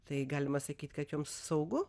tai galima sakyt kad joms saugu